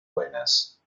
buenas